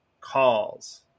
calls